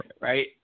Right